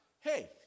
hey